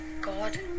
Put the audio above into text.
God